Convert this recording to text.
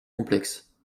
complexe